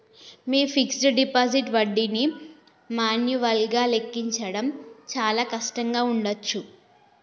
మీ fixed deposit వడ్డీని మాన్యువల్గా లెక్కించడం చాలా కష్టంగా ఉండచ్చు